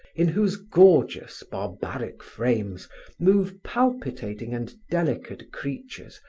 in whose gorgeous, barbaric frames move palpitating and delicate creatures,